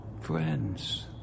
friends